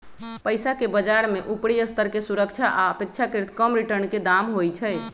पइसाके बजार में उपरि स्तर के सुरक्षा आऽ अपेक्षाकृत कम रिटर्न के दाम होइ छइ